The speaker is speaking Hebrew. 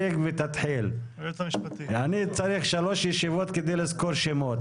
אני צריך שלוש ישיבות כדי לזכור שמות,